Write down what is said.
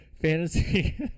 fantasy